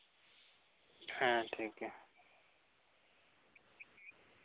ᱦᱮᱸ ᱴᱷᱤᱠᱜᱮᱭᱟ